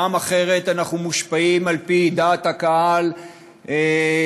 פעם אחרת אנחנו מושפעים על-פי דעת הקהל ברחוב,